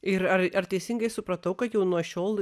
ir ar ar teisingai supratau kad jau nuo šiol